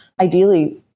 ideally